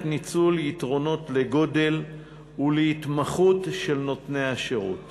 ניצול יתרונות של גודל והתמחות של נותני השירות